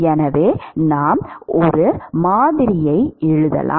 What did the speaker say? எனவே நாம் ஒரு மாதிரியை எழுதலாம்